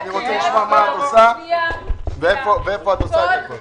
אני רוצה לשמוע מה את עושה ואיפה את עושה את הכול.